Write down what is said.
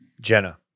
Jenna